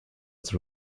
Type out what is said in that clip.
its